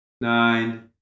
nine